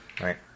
Right